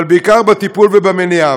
אבל בעיקר בטיפול ובמניעה,